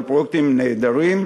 אבל הם פרויקטים נהדרים,